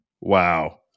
Wow